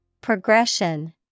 Progression